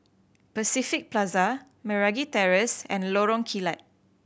Pacific Plaza Meragi Terrace and Lorong Kilat